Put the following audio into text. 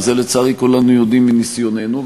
את זה לצערי כולנו יודעים מניסיוננו,